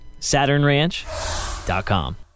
SaturnRanch.com